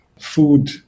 food